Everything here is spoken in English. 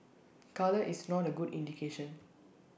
colour is not A good indication